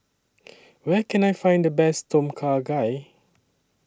Where Can I Find The Best Tom Kha Gai